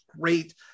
great